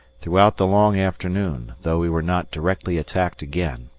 throughout the long afternoon, though we were not directly attacked again,